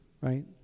right